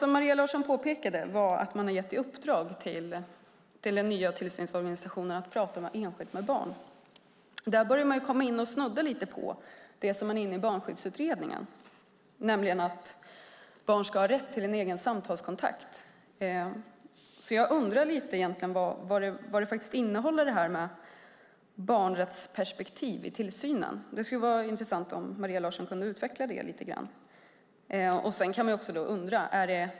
Maria Larsson påpekade att man har gett i uppdrag åt den nya tillsynsorganisationen att prata enskilt med barnen. Där snuddar man vid det som Barnskyddsutredningen är inne på, nämligen att barn ska ha rätt till en egen samtalskontakt. Vad innebär barnrättsperspektivet i tillsynen? Det vore intressant om Maria Larsson kunde utveckla det.